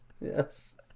yes